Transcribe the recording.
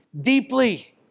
deeply